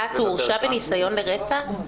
הוא הורשע בניסיון לרצח?